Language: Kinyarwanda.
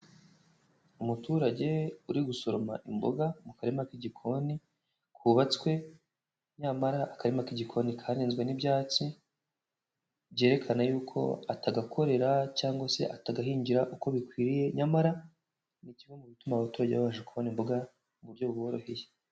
Umuturage uri gusoroma imboga mu karima k'igikoni, kubatswe, nyamara akarima k'igikoni karenzwe n'ibyatsi, byerekana yuko atagakorera cyangwa se atagahingira uko bikwiriye nyamara, ni kimwe mu bituma abaturage babasha kubona imboga, mu buryo buboroheye.